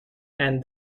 and